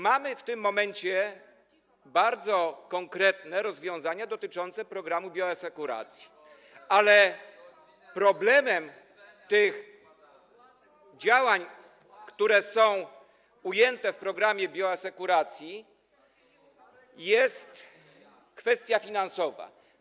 Mamy w tym momencie bardzo konkretne rozwiązania dotyczące programu bioasekuracji, ale problemem działań, które są ujęte w programie bioasekuracji, jest kwestia finansowa.